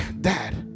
dad